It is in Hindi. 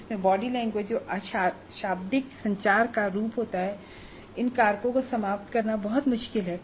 इसमे बॉडी लैंग्वेज जो अशाब्दिक संचार का रूप होता है इन कारकों को समाप्त करना बहुत मुश्किल है